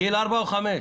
גיל ארבע או חמש?